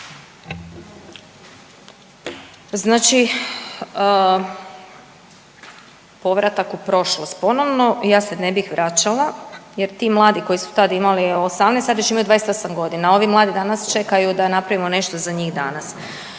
Znači povratak u prošlost ponovno. Ja se ne bih vraćala jer ti mladi koji su tad imali 18 sad već imaju 28 godina, a ovi mladi danas čekaju da napravimo nešto za njih danas.